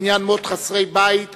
בעניין מות חסרי בית,